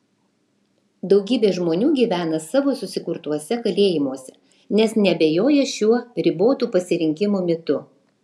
daugybė žmonių gyvena savo susikurtuose kalėjimuose nes neabejoja šiuo ribotų pasirinkimų mitu